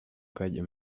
kagiye